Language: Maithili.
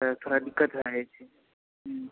तऽ थोड़ा दिक्कत भए जाइ छै